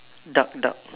duck duck